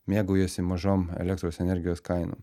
mėgaujasi mažom elektros energijos kainom